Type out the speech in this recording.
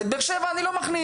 ואת באר שבע אני לא מכניס.